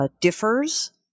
differs